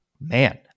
man